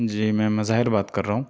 جی میں مظاہر بات کر رہا ہوں